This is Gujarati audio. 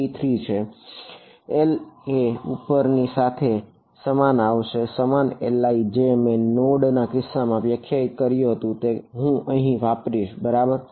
L એ ઉપર ની જેમ સમાન આવશે સમાન LI જે મેં નોડ ના કિસ્સામાં વ્યાખ્યાયિત કર્યું હતું તે હું અહીં વાપરીશ બરાબર